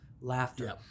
laughter